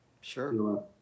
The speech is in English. Sure